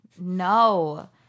No